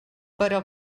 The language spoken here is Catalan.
però